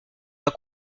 pas